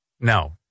No